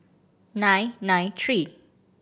nine nine three